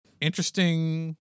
interesting